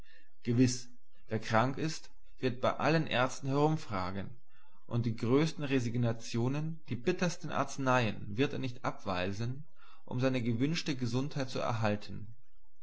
gewiß wer krank ist wird bei allen ärzten herumfragen und die größten resignationen die bittersten arzeneien wird er nicht abweisen um seine gewünschte gesundheit zu erhalten